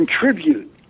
contribute